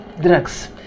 drugs